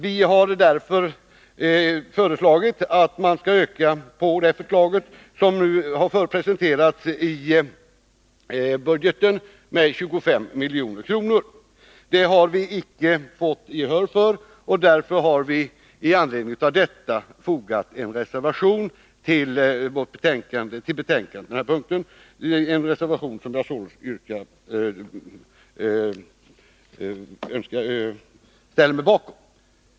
Vi har därför föreslagit att man med 25 milj.kr. skall öka det anslag som nu presenteras i budgeten. Det förslaget har vi inte vunnit gehör för. Vi har därför till betänkandet fogat en reservation, reservation nr 5, som jag således ställer mig bakom.